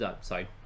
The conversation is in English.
Sorry